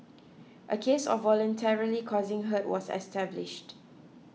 a case of voluntarily causing hurt was established